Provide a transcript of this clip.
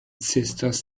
sisters